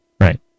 Right